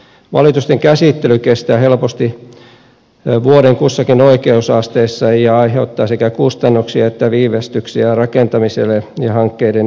valitusten käsittely kestää helposti vuoden kussakin oikeusasteessa ja aiheuttaa sekä kustannuksia että viivästyksiä rakentamiselle ja hankkeiden eteenpäinviemiselle